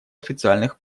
официальных